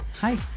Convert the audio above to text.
hi